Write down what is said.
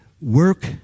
Work